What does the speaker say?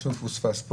אז פשיטא.